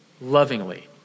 lovingly